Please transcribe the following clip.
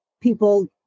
people